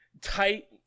tight